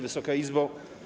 Wysoka Izbo!